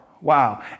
Wow